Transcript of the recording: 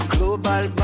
Global